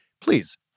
please